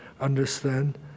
understand